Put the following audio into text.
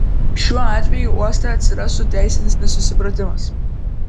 šiuo atveju uoste atsirastų teisinis nesusipratimas